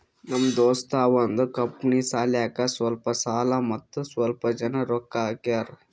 ನಮ್ ದೋಸ್ತ ಅವಂದ್ ಕಂಪನಿ ಸಲ್ಯಾಕ್ ಸ್ವಲ್ಪ ಸಾಲ ಮತ್ತ ಸ್ವಲ್ಪ್ ಜನ ರೊಕ್ಕಾ ಹಾಕ್ಯಾರ್